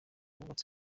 wubatse